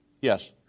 Yes